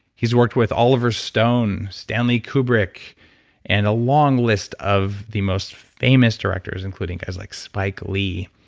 he's worked with oliver stone, stanley kubrick and a long list of the most famous directors including guys like spike lee.